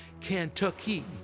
Kentucky